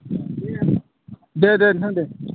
दे दे नोंथां दे